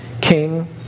King